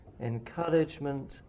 encouragement